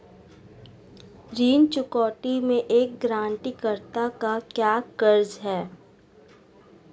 ऋण चुकौती में एक गारंटीकर्ता का क्या कार्य है?